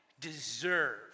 deserve